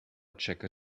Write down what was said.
checker